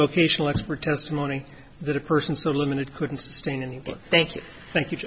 vocational expert testimony that a person so limited couldn't sustain and thank you thank you